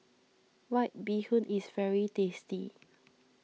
White Bee Hoon is very tasty